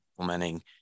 implementing